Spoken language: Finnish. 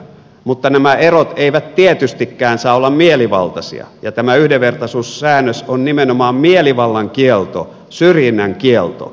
mutta nämä erot eivät tietystikään saa olla mielivaltaisia ja tämä yhdenvertaisuussäännös on nimenomaan mielivallan kielto syrjinnän kielto